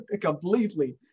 completely